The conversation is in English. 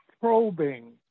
probing